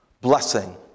blessing